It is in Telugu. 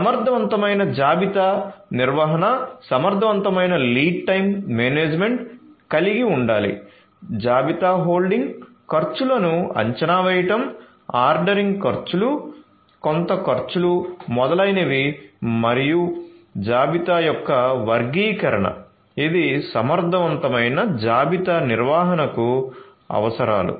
సమర్థవంతమైన జాబితా నిర్వహణ సమర్థవంతమైన లీడ్ టైమ్ మేనేజ్మెంట్ కలిగి ఉండాలి జాబితా హోల్డింగ్ ఖర్చులను అంచనా వేయడం ఆర్డరింగ్ ఖర్చులు కొరత ఖర్చులు మొదలైనవి మరియు జాబితా యొక్క వర్గీకరణ ఇవి సమర్థవంతమైన జాబితా నిర్వహణకు అవసరాలు